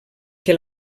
que